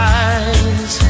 eyes